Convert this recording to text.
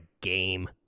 game